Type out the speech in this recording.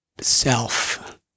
self